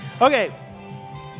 Okay